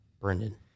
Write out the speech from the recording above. Brendan